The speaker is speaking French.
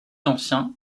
ancien